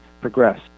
progress